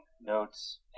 notes